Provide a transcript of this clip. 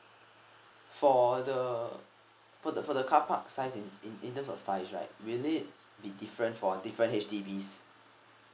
for the for the for the carpark size in in in terms of size right will it be different for different H_D_Bs